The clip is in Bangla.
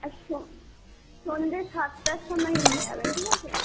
সন্ধ্যে সাতটার সময় নিয়ে যাবেন ঠিক আছে